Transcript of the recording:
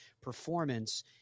performance